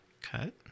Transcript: cut